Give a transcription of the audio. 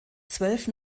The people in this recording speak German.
zwölf